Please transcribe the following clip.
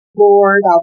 Lord